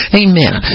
amen